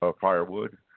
firewood